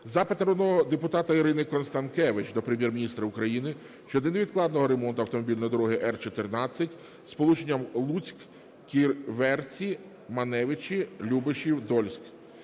Запит народного депутата Ірини Констанкевич до Прем'єр-міністра України щодо невідкладного ремонту автомобільної дороги Р-14 сполученням Луцьк-Ківерці-Маневичі-Любешів-Дольськ.